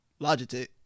Logitech